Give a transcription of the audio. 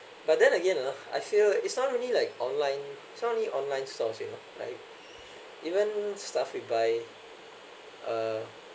but then again ah I feel it's not only like online it's not only online source you know right even stuff we buy uh